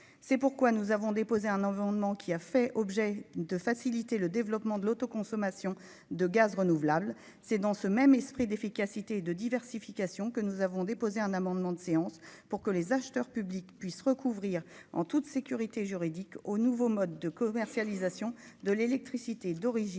c'est pourquoi nous avons déposé un environnement qui a fait objet de faciliter le développement de l'auto-consommation de gaz renouvelable, c'est dans ce même esprit d'efficacité et de diversification que nous avons déposé un amendement de séance pour que les acheteurs publics puisse recouvrir en toute sécurité juridique aux nouveaux modes de commercialisation de l'électricité d'origine